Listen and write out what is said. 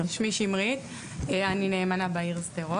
אז שמי שמרית ואני נאמנה של התוכנית "פותחים עתיד" בעיר שדרות.